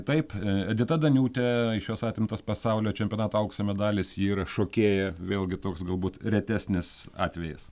taip edita daniūtė iš jos atimtas pasaulio čempionato aukso medalis ji ir šokėja vėlgi toks galbūt retesnis atvejis